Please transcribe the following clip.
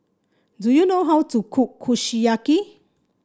do you know how to cook Kushiyaki